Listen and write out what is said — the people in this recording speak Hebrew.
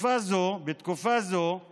בתקופה זו של